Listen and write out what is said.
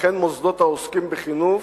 וכן על מוסדות העוסקים בחינוך,